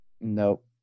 Nope